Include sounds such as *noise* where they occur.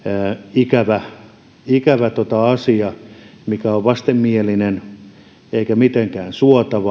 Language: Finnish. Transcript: ikävä ikävä asia mikä on vastenmielinen eikä mitenkään suotava *unintelligible*